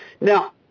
Now